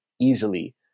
easily